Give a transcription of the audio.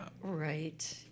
Right